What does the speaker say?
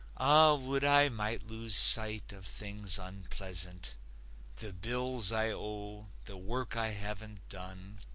ah, would i might lose sight of things unpleasant the bills i owe the work i haven't done.